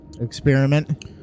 experiment